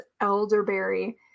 elderberry